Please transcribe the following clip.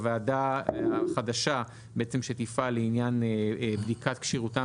הוועדה החדשה בעצם שתפעל לעניין בדיקת כשירותם